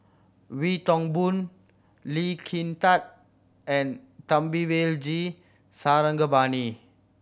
Wee Toon Boon Lee Kin Tat and Thamizhavel G Sarangapani